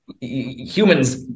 humans